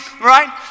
right